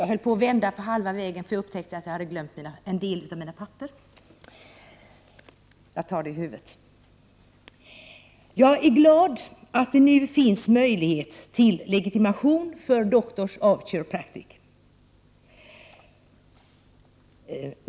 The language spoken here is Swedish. Herr talman! Jag är glad att det nu finns möjlighet till legitimation för gruppen Dr's of Chiropractic.